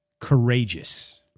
courageous